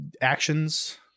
actions